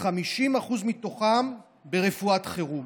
ו-50% מתוכם, ברפואת חירום.